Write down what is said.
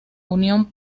unión